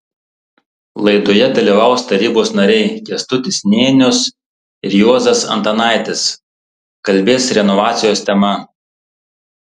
laidoje dalyvaus tarybos nariai kęstutis nėnius ir juozas antanaitis kalbės renovacijos tema